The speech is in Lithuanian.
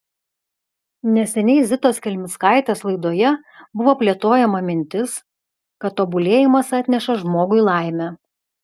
neseniai zitos kelmickaitės laidoje buvo plėtojama mintis kad tobulėjimas atneša žmogui laimę